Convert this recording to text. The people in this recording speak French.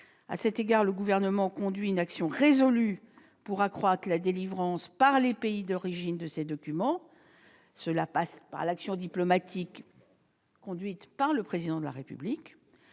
À cet égard, le Gouvernement conduit une action résolue pour accroître la délivrance par les pays d'origine de ces documents. Cela passe par l'action diplomatique menée non seulement par le Président de la République